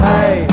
Hey